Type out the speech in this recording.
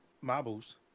Marbles